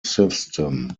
system